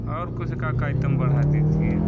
और कुछ का आइटम बढ़ा दीजिए